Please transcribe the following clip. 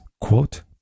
quote